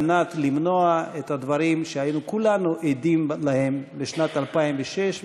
כדי למנוע את הדברים שהיינו כולנו עדים להם בשנת 2006,